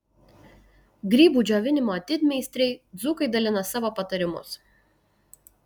grybų džiovinimo didmeistriai dzūkai dalina savo patarimus